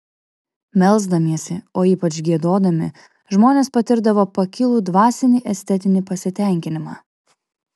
melsdamiesi o ypač giedodami žmonės patirdavo pakilų dvasinį estetinį pasitenkinimą